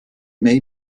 may